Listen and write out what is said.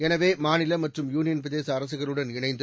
எனவே மாநில மற்றும் யூளியன் பிரதேச அரசுகளுடன் இணைந்து